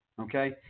okay